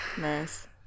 nice